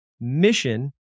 Mission